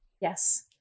Yes